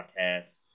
Podcast